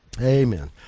amen